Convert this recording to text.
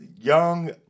Young